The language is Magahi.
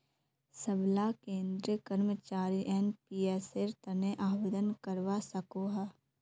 सबला केंद्रीय कर्मचारी एनपीएसेर तने आवेदन करवा सकोह